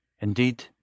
Indeed